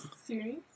serious